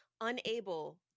unable